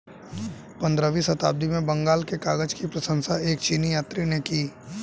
पंद्रहवीं शताब्दी में बंगाल के कागज की प्रशंसा एक चीनी यात्री ने की